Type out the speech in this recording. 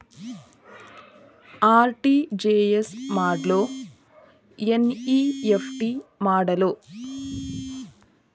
RTGS ಮಾಡ್ಲೊ NEFT ಮಾಡ್ಲೊ?